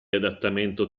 adattamento